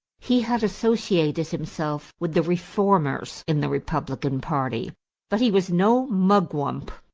he had associated himself with the reformers in the republican party but he was no mugwump.